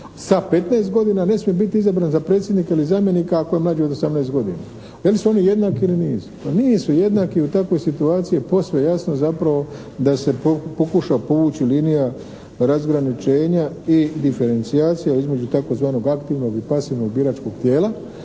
sa 15 godina, a ne smije biti izabran za predsjednika ili zamjenika ako je mlađi od 18 godina. Da li su oni jednaki ili nisu? Pa nisu jednaki, u takvoj situaciji je posve jasno zapravo da se pokuša povući linija razgraničenja i diferencijacije između tzv. aktivnog i pasivnog biračkog tijela,